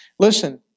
Listen